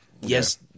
yes